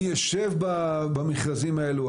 מי ישב במכרזים האלה,